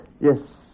Yes